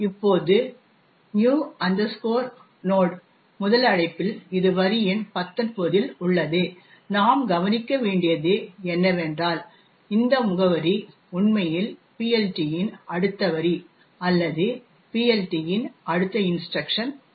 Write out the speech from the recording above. இப்போது நியூ நோட்டின்new node முதல் அழைப்பில் இது வரி எண் 19 இல் உள்ளது நாம் கவனிக்க வேண்டியது என்னவென்றால் இந்த முகவரி உண்மையில் PLT இன் அடுத்த வரி அல்லது PLT இன் அடுத்த இன்ஸ்ட்ரக்ஷன் ஆகும்